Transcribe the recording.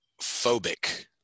phobic